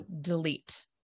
delete